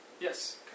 Yes